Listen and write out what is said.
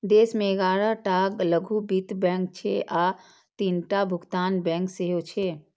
देश मे ग्यारह टा लघु वित्त बैंक छै आ तीनटा भुगतान बैंक सेहो छै